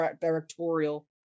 directorial